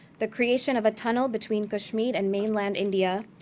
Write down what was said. the creation of a tunnel between kashmir and mainland india,